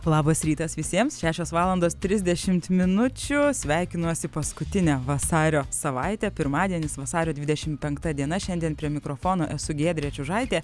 labas rytas visiems šešios valandos trisdešimt minučių sveikinuosi paskutinę vasario savaitę pirmadienis vasario dvidešimt penkta diena šiandien prie mikrofono esu giedrė čiužaitė